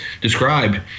described